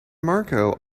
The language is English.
marco